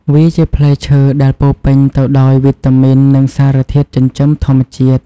វាជាផ្លែឈើដែលពោរពេញទៅដោយវីតាមីននិងសារធាតុចិញ្ចឹមធម្មជាតិ។